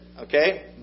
Okay